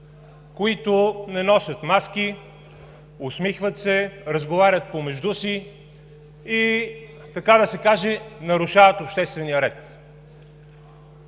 които не носят маски, усмихват се, разговорят помежду си и, така да се каже, нарушават обществения ред.